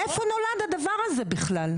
מאיפה נולד הדבר הזה בכלל.